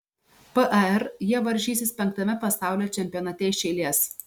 par jie varžysis penktame pasaulio čempionate iš eilės